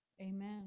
Amen